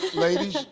ladies.